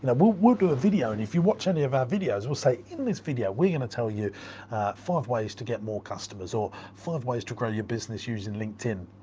and we'll we'll do a video and if you watch any of our videos, we'll say, in this video, we're gonna tell you five ways to get more customers or five ways to grow your business using linkedin.